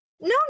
No